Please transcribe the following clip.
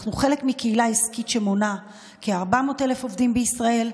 אנחנו חלק מקהילה עסקית שמונה כ-400,000 עובדים בישראל,